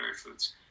foods